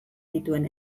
dituen